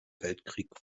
weltkrieg